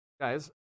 guys